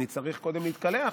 אני צריך קודם להתקלח.